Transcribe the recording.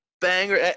banger